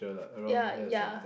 ya ya